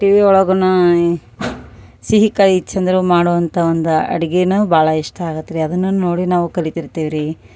TV ಒಳಗುನ ಸಿಹಿಕಹಿ ಚಂದ್ರು ಮಾಡೋವಂಥ ಒಂದು ಅಡಿಗೀನು ಭಾಳ ಇಷ್ಟ ಆಗತ್ತೆ ರೀ ಅದನ್ನು ನೋಡಿ ನಾವು ಕಲಿತಿರ್ತಿವಿ ರೀ